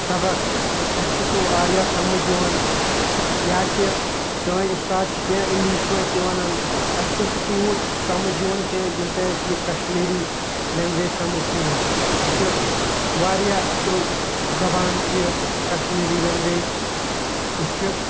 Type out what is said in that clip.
سبق اَسہِ چھُ سُہ واریاہ سَمٕجھ یِوان یا کہ سٲنۍ اُستاد چھِ کینٛہہ اِنگلِش پٲٹھۍ تہِ وَنان اَسہِ چھُنہٕ سُہ تیوٗت سَمٕجھ یِوان کیںٛہہ یوٗتاہ اَسہِ یہِ کشمیٖری لٮ۪نٛگویج سَمٕجھ چھِ یِوان یہِ چھِ واریاہ اَصٕل زبان چھِ یہِ کَشمیٖری لںٛگویج أسۍ چھِ